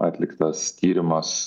atliktas tyrimas